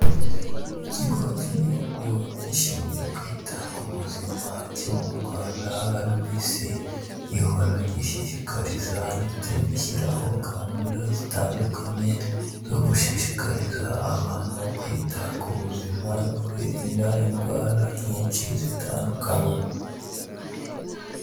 Ikigo cy'igihugu gishinzwe kwita ku buzima cyo mu Rwanda RBC, gihora gishishikariza ndetse gishyiraho gahunda zitandukanye zo gushishikariza abantu kwita ku buzima, no kwirinda indwara nyinshi zitandukanye.